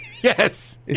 Yes